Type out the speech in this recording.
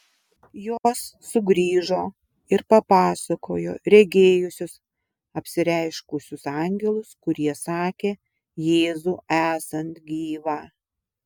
jos sugrįžo ir papasakojo regėjusios apsireiškusius angelus kurie sakę jėzų esant gyvą